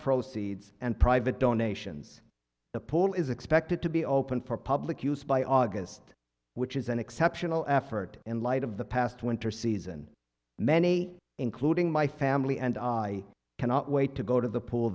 proceeds and private donations the pole is expected to be open for public use by august which is an exceptional effort in light of the past winter season many including my family and i cannot wait to go to the pool